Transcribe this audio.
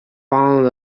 fond